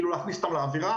להכניס אותם לאווירה,